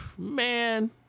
Man